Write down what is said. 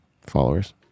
followers